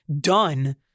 done